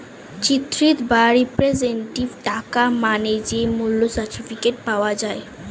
চিত্রিত বা রিপ্রেজেন্টেটিভ টাকা মানে যে মূল্য সার্টিফিকেট পাওয়া যায়